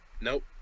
Nope